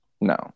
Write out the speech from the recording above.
No